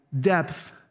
depth